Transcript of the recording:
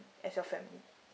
as your family